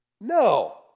No